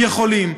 יכולים.